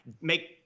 make—